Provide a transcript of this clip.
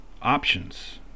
options